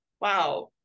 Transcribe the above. wow